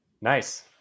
Nice